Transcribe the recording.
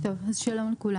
(באמצעות מצגת) טוב, אז שלום לכולם.